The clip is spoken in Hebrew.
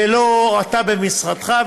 ולא אתה במשרדך,